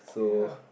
ya